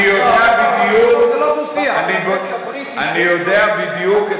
אני יודע בדיוק, אני יודע בדיוק,